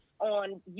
on